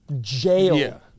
jail